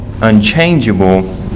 unchangeable